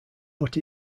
but